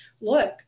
look